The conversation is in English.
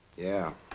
yeah,